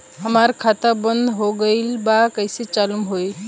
हमार खाता बंद हो गईल बा कैसे चालू होई?